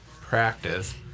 practice